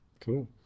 Cool